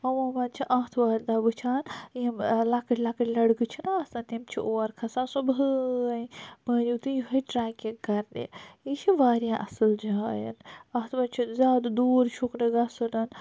عمومَن چھِ اَتھوارِ دۄہ وُچھان یِم لَکٕٔٹۍ لَکٕٹۍ لڑکہٕ چھِ نہ آسان تِم چھِ اور کھسان سُبحٲے مٲنِو تُہۍ یہے ٹریکِنگ کَرنہِ یہِ چھِ وارِیاہ اَصٕل جاے اَتھ منٛز چھِ زیادٕ دور چھُکھ نہ گَژھُنَن